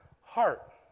heart